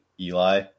Eli